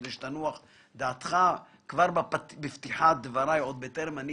כדי שתנוח דעתך כבר בפתיחת דבריי עוד בטרם אני